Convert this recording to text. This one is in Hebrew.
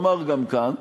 אומר גם כאן,